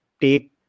take